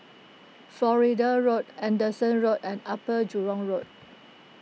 Florida Road Anderson Road and Upper Jurong Road